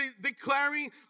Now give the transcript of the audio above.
declaring